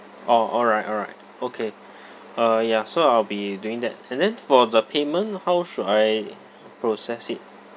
orh all right all right okay uh ya so I'll be doing that and then for the payment how should I process it